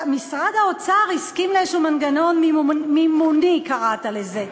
משרד האוצר הסכים לאיזה מנגנון מימוני, קראת לזה.